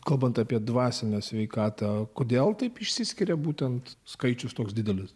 kalbant apie dvasinę sveikatą kodėl taip išsiskiria būtent skaičius toks didelis